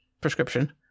prescription